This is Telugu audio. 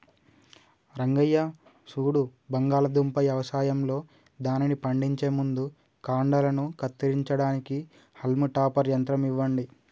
రంగయ్య సూడు బంగాళాదుంప యవసాయంలో దానిని పండించే ముందు కాండలను కత్తిరించడానికి హాల్మ్ టాపర్ యంత్రం ఇవ్వండి